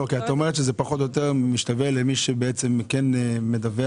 את אומרת שזה פחות או יותר משתווה למי שכן מדווח.